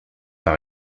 par